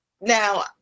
now